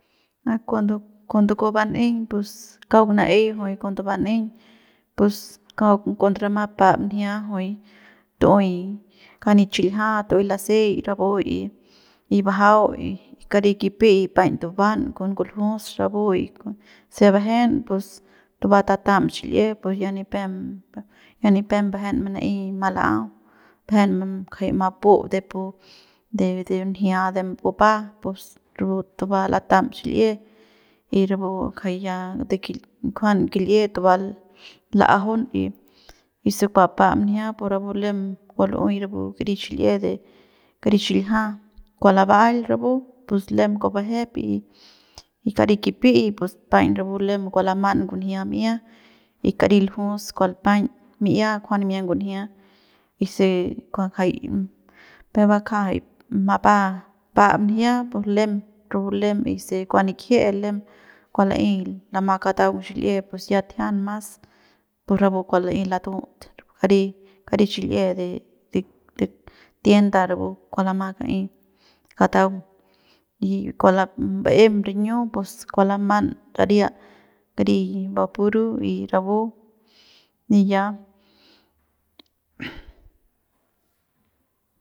A cuando cuando kua ban'eiñ pus kauk na'ey juy cuando ban'eiñ pus kauk cuando rama pa'ap njia juy tu'uey kani xiljia tu'uey lasey rapu y bajau y kari kipi'i paiñ tuban con nguljus rapu y se bajen pus tubam tatam xil'iepue ya nipem ya nipem mbajen mana'ey mala'au bajen jay mapup pu de de njia de bupa pus rapu tuba latam xil'ie y rapu njay ya de ki kujuan kil'ie tuba la'ajaun y se kua papa njia pu rapu lem kua lu'uey rapu kari xil'ie de de kari xiljia kua laba'ail rapu pus lem kua bajep y kari kipi'i pus paiñ rapu lem kua laman ngunjia mi'ia y kar ljus kua paiñ mi'ia kua kujuan nimia ngunjia y se kua ngajai jay peuk bakja jay mapa pa'ap njia pus lem rapu lem y se kua nikjie lem kua la'ey lama kataung xil'ie pus ya tijian mas de tienda rapu kua la'ey latu'ut rapu kari kari xil'ie de de de tienda rapu kua lama ka'ey kataung y kua ba'em riñiu pus kua laman saria kari bapuru y rapu y ya.